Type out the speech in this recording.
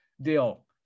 deal